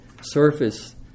surface